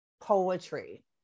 poetry